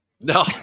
No